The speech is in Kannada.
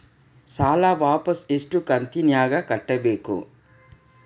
ಸಾಲ ವಾಪಸ್ ಎಷ್ಟು ಕಂತಿನ್ಯಾಗ ಕಟ್ಟಬೇಕು?